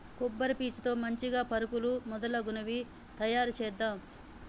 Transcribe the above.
కొబ్బరి పీచు తో మంచిగ పరుపులు మొదలగునవి తాయారు చేద్దాం